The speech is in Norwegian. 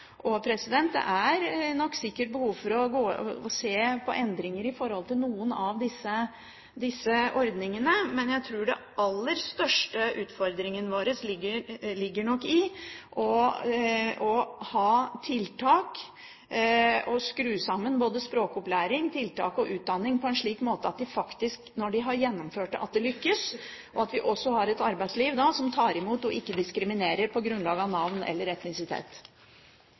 Det er nok sikkert behov for å se på endringer når det gjelder noen av disse ordningene, men jeg tror den aller største utfordringen vår nok ligger i å ha tiltak, og skru sammen både språkopplæring, tiltak og utdanning på en slik måte at en faktisk lykkes når en har gjennomført det, og at vi også har et arbeidsliv som tar imot, og ikke diskriminerer på grunnlag av navn eller etnisitet.